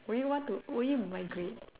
would you want to would you migrate